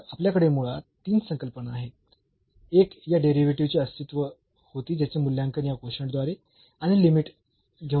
तर आपल्याकडे मुळात तीन संकल्पना आहेत एक या डेरिव्हेटिव्हचे अस्तित्व होती ज्याचे मूल्यांकन या कोशंट द्वारे आणि लिमिट घेऊन केले जाते